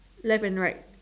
left and right